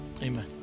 Amen